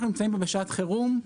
אנחנו נמצאים פה בשעת חירום.